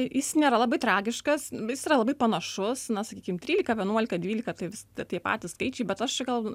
jis nėra labai tragiškas jis yra labai panašus na sakykim trylika vienuolika dvylika tai vis tie patys skaičiai bet aš gal